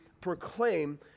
proclaim